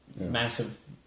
massive